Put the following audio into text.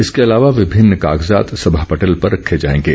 इसके अलावा विभिन्न कागजात सभा पटल पर रखे जाएंगे